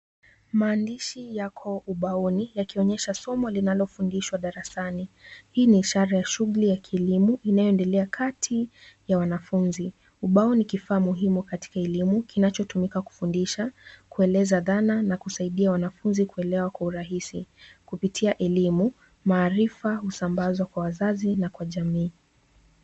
Maandishi yako ubaoni yakionyesha somo linalofundishwa darasani. Hii ni ishara ya shughuli ya kilimo inayoendelea kati ya wanafunzi. Ubao ni kifaa muhimu katika elimu, kinachotumika kufundisha, kueleza dhana na kusaidia wanafunzi kuelewa kwa urahisi. Kupitia elimu, maarifa husambazwa kwa wazazi na kwa jamii.